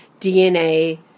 DNA